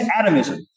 atomism